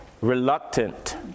reluctant